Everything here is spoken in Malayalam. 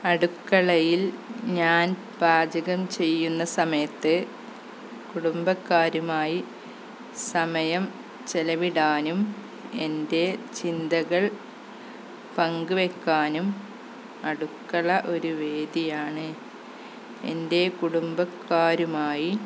അടുക്കളയിൽ ഞാൻ പാചകം ചെയ്യുന്ന സമയത്ത് കുടുംബക്കാരുമായി സമയം ചെലവിടാനും എൻ്റെ ചിന്തകൾ പങ്കുവെക്കാനും അടുക്കള ഒരു വേദിയാണ് എൻ്റെ കുടുംബക്കാരുമായി